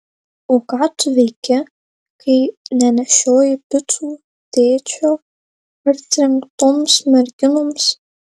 o ką tu veiki kai nenešioji picų tėčio partrenktoms merginoms